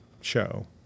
show